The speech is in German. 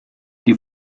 die